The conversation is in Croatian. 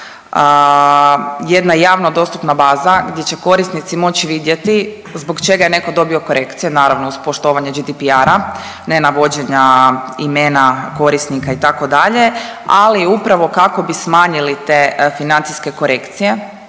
jedna javno dostupna baza gdje će korisnici moći vidjeti zbog čega je netko dobio korekciju i naravno, uz poštovanje GDPR-a, ne navođenja imena korisnika, itd., ali upravo kako bi smanjili te financijske korekcije